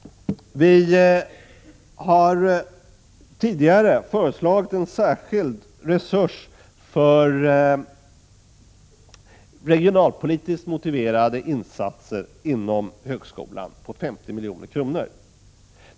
Vi har tidigare föreslagit en särskild resurs på 50 milj.kr. för regionalpolitiskt motiverade insatser.